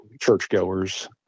churchgoers